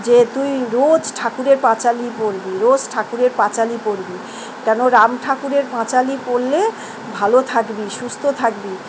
যে তুই রোজ ঠাকুরের পাঁচালি পড়বি রোজ ঠাকুরের পাঁচালি পড়বি কেন রাম ঠাকুরের পাঁচালী পড়লে ভালো থাকবি সুস্থ থাকবি